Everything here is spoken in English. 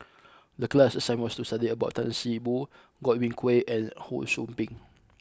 the class assignment was to study about Tan See Boo Godwin Koay and Ho Sou Ping